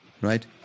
right